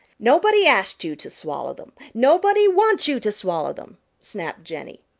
nobody asked you to swallow them. nobody wants you to swallow them, snapped jenny.